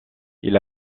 elle